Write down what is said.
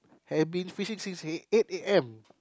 have been fishing since eight a_m